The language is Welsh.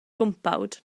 gwmpawd